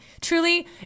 truly